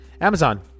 Amazon